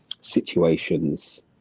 situations